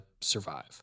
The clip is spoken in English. survive